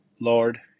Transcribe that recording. Lord